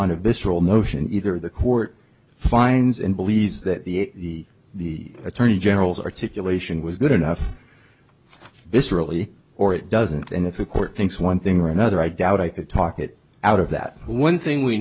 visceral notion either the court finds and believes that the the attorney general's articulation was good enough this really or it doesn't and if a court thinks one thing or another i doubt i could talk it out of that one thing we